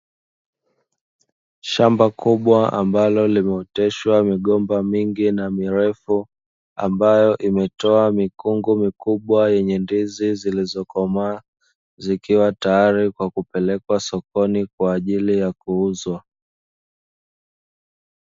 Shamba kubwa ambalo limeoteshwa migomba mingi mirefu, ambayo imetoa mikungu mikubwa yenye ndizi zilizo komaa, ambazo zipo tayari kwa ajili ya kupelekwa sokoni kuuzwa.